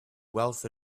wealth